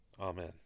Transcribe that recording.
Amen